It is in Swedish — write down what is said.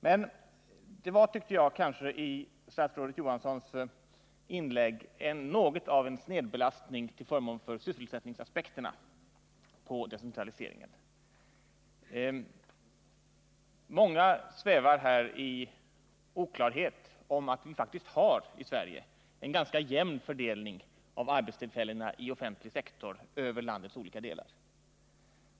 Men det fanns, tyckte jag, i statsrådet Johanssons inlägg kanske något av en snedbelastning till förmån för sysselsättningsaspekterna på decentraliseringen. Många svävar i okunnighet om att vi i Sverige faktiskt har en ganska jämn fördelning av arbetstillfällena i den offentliga sektorn över landets olika delar.